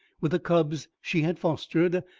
with the cubs she had fostered,